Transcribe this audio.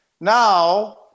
now